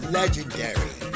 legendary